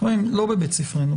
לא בבית ספרנו.